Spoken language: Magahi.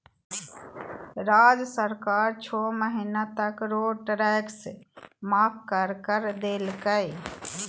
राज्य सरकार छो महीना तक रोड टैक्स माफ कर कर देलकय